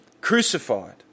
crucified